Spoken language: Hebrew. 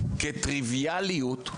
כטריוויאליות,